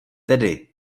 tedy